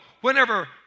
whenever